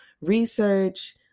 research